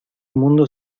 mundo